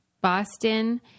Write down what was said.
Boston